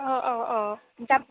অঁ অঁ অঁ যাম